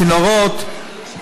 צינורות,